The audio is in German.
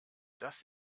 das